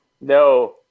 No